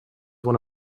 one